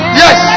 yes